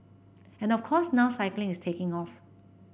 and of course now cycling is taking off